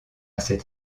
cette